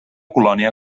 colònia